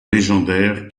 légendaire